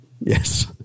Yes